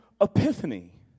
epiphany